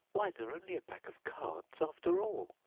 why, they're only a pack of cards, after all.